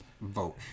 vote